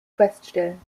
feststellen